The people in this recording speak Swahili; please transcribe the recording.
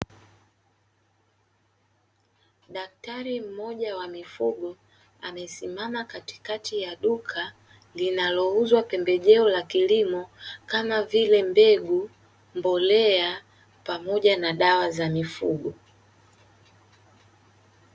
Daktari mmoja wa mifugo amesimama katikati ya duka linalouzwa pembejeo za kilimo, kama vile: mbegu, mbolea pamoja na dawa za mifugo.